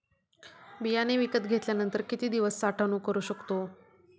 बियाणे विकत घेतल्यानंतर किती दिवस साठवणूक करू शकतो?